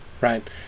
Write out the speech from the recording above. Right